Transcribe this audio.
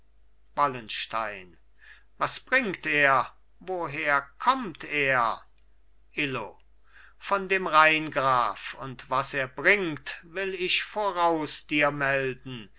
wallenstein was bringt er woher kommt er illo von dem rheingraf und was er bringt will ich voraus dir melden